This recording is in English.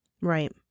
Right